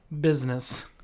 business